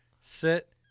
sit